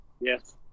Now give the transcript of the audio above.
Yes